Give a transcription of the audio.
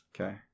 Okay